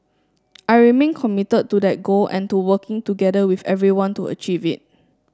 I remain committed to that goal and to working together with everyone to achieve it